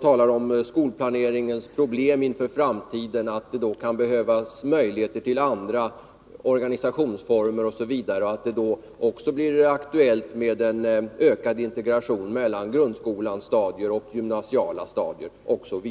tala om skolplaneringens problem inför framtiden och om att det då kan behövas möjligheter till andra organisationsformer m.m., liksom att det då också blir aktuellt med en ökad integration mellan grundskolans stadier, gymnasiala stadier osv.